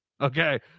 Okay